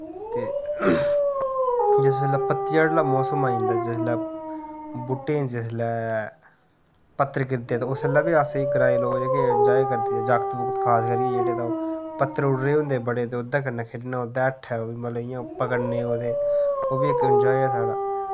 ते जिस बेल्लै पतझड़ आह्ला मौसम आई जंदा जिसलै बूह्टें जिसलै पत्तर किरदे ते उस बेल्लै बी अस ग्रांई लोक जेह्के एन्जाय करदे जाकत जूकत खास करियै जेह्ड़े ते ओह् पत्तर उड्डरे होंदे बड़े ते उदे कन्नै खेढना उदे हटठै मतलब इ'यां पकड़ने ओह् ते ओह्बी इक एन्जाय ऐ साढ़ा